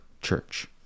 church